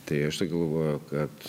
tai aš tai galvoju kad